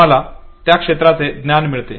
तुम्हाला त्या क्षेत्राचे ज्ञान मिळते